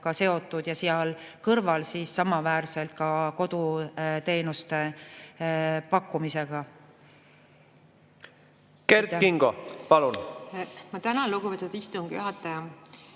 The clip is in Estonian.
seotud ja seal kõrval samaväärselt ka koduteenuste pakkumisega. Kert Kingo, palun! Ma tänan, lugupeetud istungi juhataja!